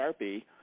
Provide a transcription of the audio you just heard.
Sharpie